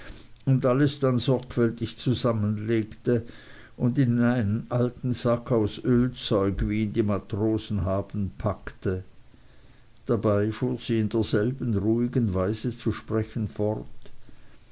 und alles dann sorgfältig zusammenlegte und in einen alten sack aus ölzeug wie ihn die matrosen haben packte dabei fuhr sie in derselben ruhigen weise zu sprechen fort